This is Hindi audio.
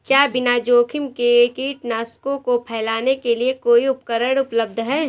क्या बिना जोखिम के कीटनाशकों को फैलाने के लिए कोई उपकरण उपलब्ध है?